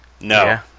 No